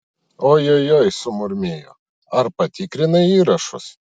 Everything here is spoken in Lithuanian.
ojojoi sumurmėjo ar patikrinai įrašus